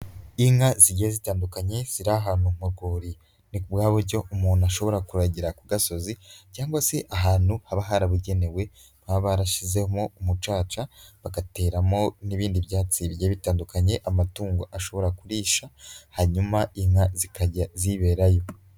Inka zigiye zitandukanye ziri ahantu mu rwuri, ni bwa buryo umuntu ashobora kuragira ku gasozi cyangwa se ahantu haba harabugenewe baba barashyizemo umucaca bagateramo n'ibindi byatsi bigiye bitandukanye, amatungo ashobora kurisha hanyuma inka zikajya ziberayo.